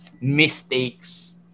mistakes